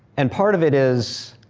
and part of it is